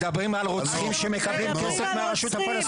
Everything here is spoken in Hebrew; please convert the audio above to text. מדברים על רוצחים שמקבלים כסף מהרשות הפלסטינית,